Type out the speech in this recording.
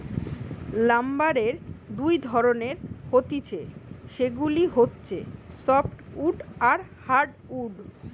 লাম্বারের দুই ধরণের হতিছে সেগুলা হচ্ছে সফ্টউড আর হার্ডউড